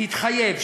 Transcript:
תתחייב.